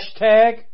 hashtag